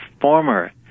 former